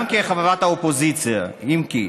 גם כחברת האופוזיציה, אם כי,